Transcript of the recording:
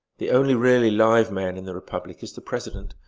the only really live man in the republic is the president,